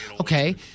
Okay